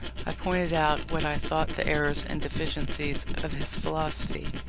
i pointed out what i thought the errors and deficiencies of his philosophy.